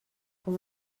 com